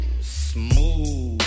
Smooth